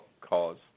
cause